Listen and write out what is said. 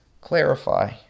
clarify